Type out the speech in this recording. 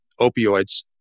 opioids